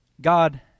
God